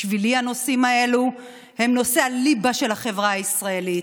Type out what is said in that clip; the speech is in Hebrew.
בשבילי הנושאים האלה הם נושאי הליבה של החברה הישראלית,